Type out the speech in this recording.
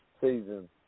season